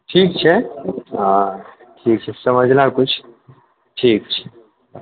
ठीक छै हँ ठीक छै समझलहुँ किछु हँ ठीक छै